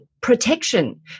protection